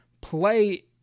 play